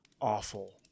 awful